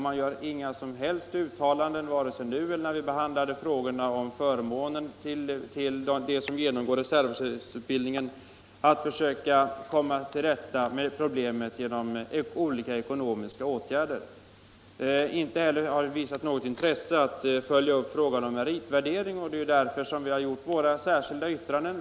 Man har inte gjort några uttalanden vare sig nu eller när vi behandlade frågan om förmåner till den som genomgår reservofficersutbildningen om hur man skall komma till rätta med problemen genom bl.a. olika ekonomiska åtgärder. Inte heller har det visats något intresse för att följa upp frågan genom en meritvärdering, och det är därför som vi har avgivit våra särskilda yttranden.